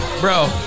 Bro